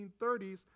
1930s